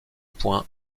point